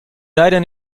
leider